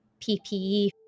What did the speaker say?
PPE